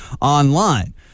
online